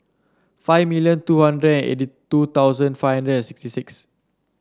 five million two hundred and eighty two thousand five hundred and sixty six